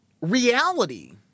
reality